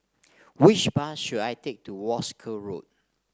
which bus should I take to Wolskel Road